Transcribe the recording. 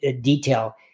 detail